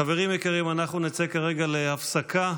חברים יקרים, אנחנו נצא כרגע להפסקה,